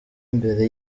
mbere